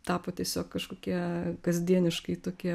tapo tiesiog kažkokie kasdieniškai tokie